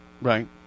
Right